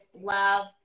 love